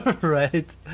Right